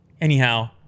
anyhow